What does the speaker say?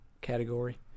category